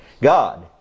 God